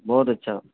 بہت اچھا